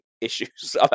issues